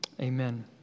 Amen